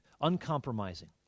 uncompromising